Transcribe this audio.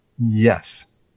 Yes